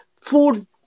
food